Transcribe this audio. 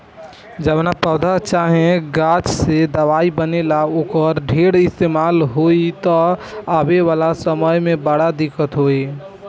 जवना पौधा चाहे गाछ से दवाई बनेला, ओकर ढेर इस्तेमाल होई त आवे वाला समय में बड़ा दिक्कत होई